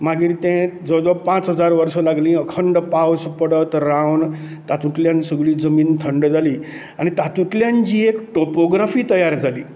मागीर तें जवळ जवळ पांच हजार वर्सां लागली अखंड पावस पडत रावन तातूंतल्यान सगळी जमीन थंड जाली आनी तातूंतल्यान जी एक टोपोग्राफी तयार जाली